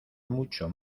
mucho